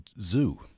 Zoo